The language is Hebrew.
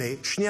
ממש.